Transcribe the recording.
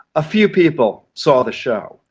a few people saw the show.